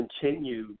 continue